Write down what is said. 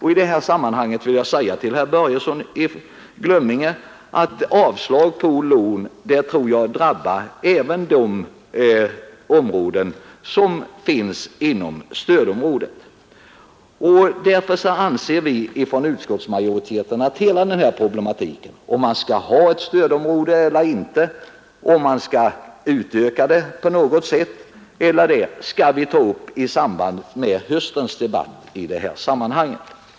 I detta sammanhang vill jag säga till herr Börjesson i Glömminge att avslag på lån nog drabbar även de områden som finns inom stödområdet. Därför anser vi från utskottsmajoritetens sida att hela denna problematik — om man skall ha ett stödområde eller inte, om man skall utöka det på något sätt — skall tas upp i samband med höstens debatt i sammanhanget.